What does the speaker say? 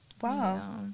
Wow